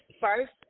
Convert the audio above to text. first